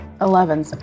Eleven